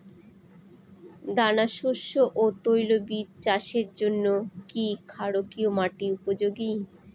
দানাশস্য ও তৈলবীজ চাষের জন্য কি ক্ষারকীয় মাটি উপযোগী?